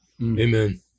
Amen